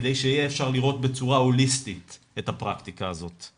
כדי שיהיה אפשר לראות בצורה הוליסטית את הפרקטיקה הזאת,